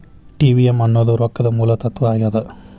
TVM ಅನ್ನೋದ್ ರೊಕ್ಕದ ಮೂಲ ತತ್ವ ಆಗ್ಯಾದ